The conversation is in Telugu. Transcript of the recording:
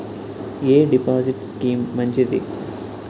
ఎ డిపాజిట్ స్కీం మంచిది?